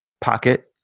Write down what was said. pocket